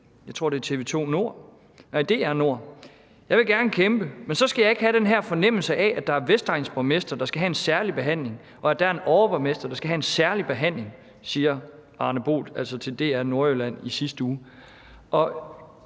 DR Nordjylland i sidste uge: »Jeg vil gerne kæmpe, men så skal jeg ikke have den her fornemmelse af, at der er vestegnsborgmestre, der skal have en særlig behandling, at der er en overborgmester, der skal have en særlig behandling.« Jeg må undre mig over, at ministeren tager